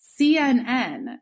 CNN